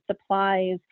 supplies